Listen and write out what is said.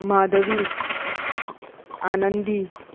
Madhavi Anandi